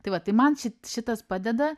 tai va tai man ši šitas padeda